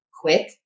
quick